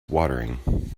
watering